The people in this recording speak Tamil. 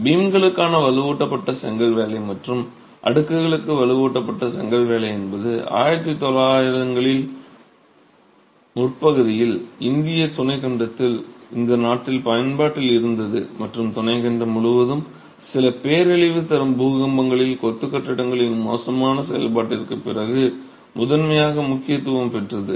பீம்களுக்கான வலுவூட்டப்பட்ட செங்கல் வேலை மற்றும் அடுக்குகளுக்கு வலுவூட்டப்பட்ட செங்கல் வேலை என்பது 1900 களின் முற்பகுதியில் இந்திய துணைக்கண்டத்தில் இந்த நாட்டில் பயன்பாட்டில் இருந்தது மற்றும் துணைக்கண்டம் முழுவதும் சில பேரழிவு தரும் பூகம்பங்களில் கொத்து கட்டிடங்களின் மோசமான செயல்பாட்டிற்குப் பிறகு முதன்மையாக முக்கியத்துவம் பெற்றது